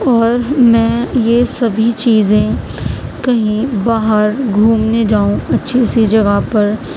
اور میں یہ سبھی چیزیں کہیں باہر گھومنے جاؤں اچھی سی جگہ پر